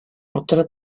otra